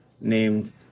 named